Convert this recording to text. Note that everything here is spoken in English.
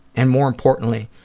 and, more importantly,